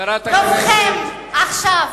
תבנו קומות, תבנו קומות.